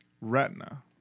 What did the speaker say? retina